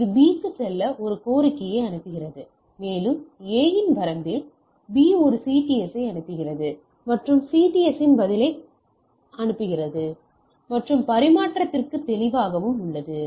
இது B க்கு சொல்ல ஒரு கோரிக்கையை அனுப்புகிறது மேலும் A இன் வரம்பில் B ஒரு CTS ஐ அனுப்புகிறது மற்றும் CTS பதில்களை அனுப்புகிறது மற்றும் பரிமாற்றத்திற்கு தெளிவாக உள்ளது